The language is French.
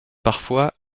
parfois